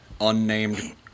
unnamed